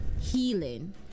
healing